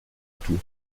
tout